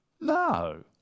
No